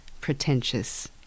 pretentious